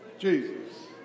Jesus